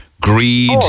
greed